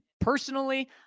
personally